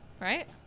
right